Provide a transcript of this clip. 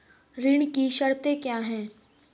ऋण की शर्तें क्या हैं?